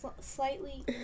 slightly